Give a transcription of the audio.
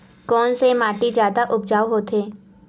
कोन से माटी जादा उपजाऊ होथे?